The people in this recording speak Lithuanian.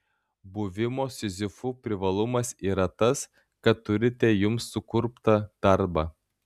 buvimo sizifu privalumas yra tas kad turite jums sukurptą darbą